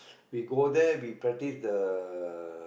we go there we practice the